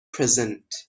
present